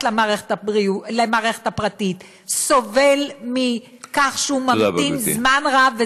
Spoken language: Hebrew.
למערכת הפרטית סובל מכך שהוא ממתין זמן רב,